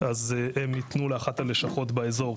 אז הם יתנו לאחת הלשכות באזור,